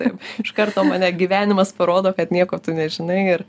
taip iš karto mane gyvenimas parodo kad nieko tu nežinai ir